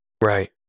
right